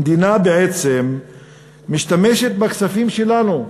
המדינה בעצם משתמשת בכספים שלנו,